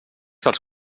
dels